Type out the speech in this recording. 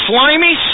slimy